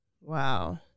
wow